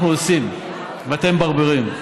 אנחנו עושים ואתם מברברים.